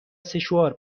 سشوار